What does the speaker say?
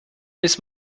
bis